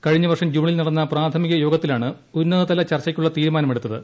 കഴിഞ്ഞ വർഷം ജൂണിൽ നടന്ന പ്രാഥമിക യോഗത്തിലാണ് ഉന്നതതല ചർച്ചയ്ക്കുള്ള തീരുമാനമെടുത്തത്